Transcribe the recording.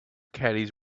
caddies